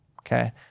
okay